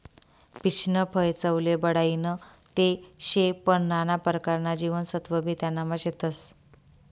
पीचनं फय चवले बढाईनं ते शे पन नाना परकारना जीवनसत्वबी त्यानामा शेतस